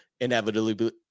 inevitably